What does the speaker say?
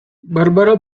barbara